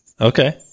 Okay